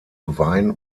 wein